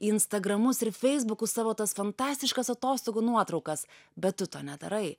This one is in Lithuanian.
į instagramus ir feisbukus savo tas fantastiškas atostogų nuotraukas bet tu to nedarai